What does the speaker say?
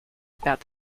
about